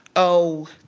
oh,